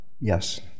Yes